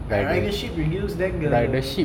by ridership reduce then the